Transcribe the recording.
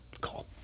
call